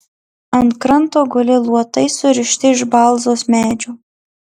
ant kranto guli luotai surišti iš balzos medžio